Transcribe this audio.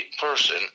person